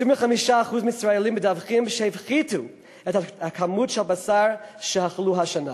25% מהישראלים מדווחים שהפחיתו את כמות הבשר שאכלו השנה.